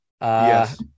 Yes